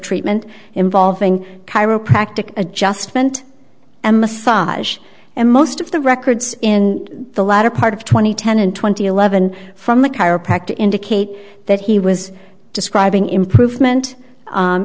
treatment involving chiropractic adjustment and massage and most of the records in the latter part of two thousand and ten and twenty eleven from a chiropractor indicate that he was describing improvement